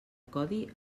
codi